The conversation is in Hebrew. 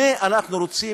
מה אנחנו רוצים,